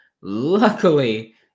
Luckily